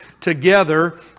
together